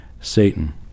Satan